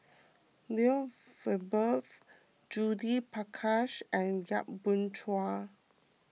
Lloyd Valberg Judith Prakash and Yap Boon Chuan